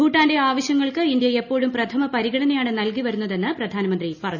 ഭൂട്ടാന്റെ ആവശ്യങ്ങൾക്ക് ഇന്ത്യാഎപ്പോഴും പ്രഥമ പരിഗണനയാണ് നൽകി വരുന്നതെന്ന് പ്രധാനമിത്തി നരേന്ദ്രമോദി പറഞ്ഞു